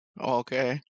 Okay